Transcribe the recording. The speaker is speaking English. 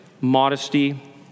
modesty